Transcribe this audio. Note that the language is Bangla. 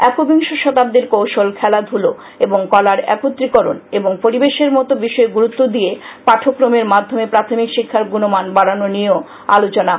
একবিংশ শতাদীর কৌশল খেলাধুলো এবং কলার একত্রীকরণ এবং পরিবেশের মত বিষয়ে গুরুত্ব দিয়ে পাঠ্যক্রমের মাধ্যমে প্রাথমিক শিক্ষার গুনমান বাডানো নিয়েও আলোচনা হয়